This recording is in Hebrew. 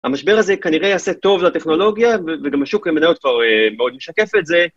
המשבר הזה כנראה יעשה טוב לטכנולוגיה וגם שוק המניות כבר מאוד משקף את זה.